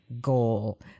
goal